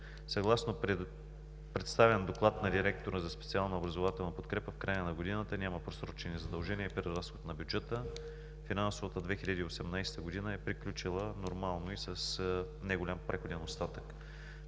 Съгласно представен на директора Доклад за специална образователна подкрепа в края на годината няма просрочени задължения и преразход на бюджета. Финансовата 2018 г. е приключила нормално и с неголям преходен остатък.